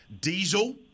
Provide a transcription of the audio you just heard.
Diesel